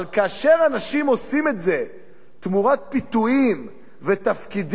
אבל כאשר אנשים עושים את זה תמורת פיתויים ותפקידים,